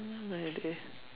no idea